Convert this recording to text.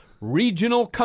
Regional